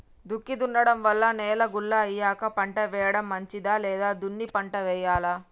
దుక్కి దున్నడం వల్ల నేల గుల్ల అయ్యాక పంట వేయడం మంచిదా లేదా దున్ని పంట వెయ్యాలా?